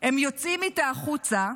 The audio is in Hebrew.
הם יוצאים איתה החוצה,